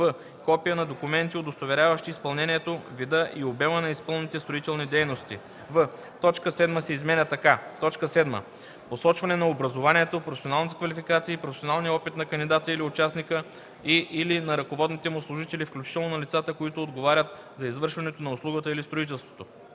в) копия на документи, удостоверяващи изпълнението, вида и обема на изпълнените строителни дейности;“ в) точка 7 се изменя така: „7. посочване на образованието, професионалната квалификация и професионалния опит на кандидата или участника и/или на ръководните му служители, включително на лицата, които отговарят за извършването на услугата или строителството;”